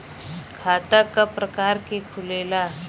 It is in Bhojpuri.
खाता क प्रकार के खुलेला?